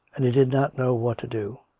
and he did not know what to do.